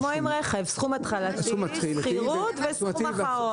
כמו עם רכב סכום התחלתי, שכירות וסכום אחרון.